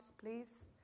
please